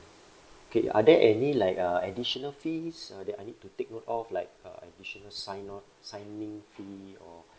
okay are there any like uh additional fees uh that I need to take note of like uh additional sign on signing fee or